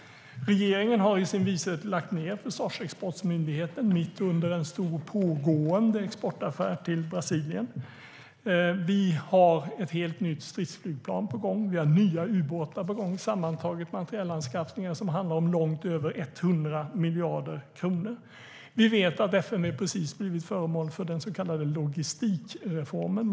Regeringen har i sin vishet lagt ned Försvarsexportmyndigheten mitt under en stor pågående exportaffär med Brasilien. Vi har ett helt nytt stridsflygplan på gång. Vi har nya ubåtar på gång. Sammantaget är det fråga om materielanskaffningar för långt över 100 miljarder kronor. Vi vet också att FMV precis blivit föremål för den så kallade logistikreformen.